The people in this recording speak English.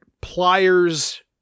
pliers